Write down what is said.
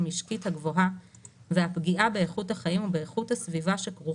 ראינו שהמונית היא רכב ציבורי משלים ולכן הוא ייסע בכל